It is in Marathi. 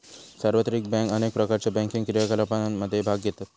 सार्वत्रिक बँक अनेक प्रकारच्यो बँकिंग क्रियाकलापांमध्ये भाग घेतत